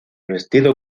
vestidos